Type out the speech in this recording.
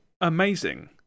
amazing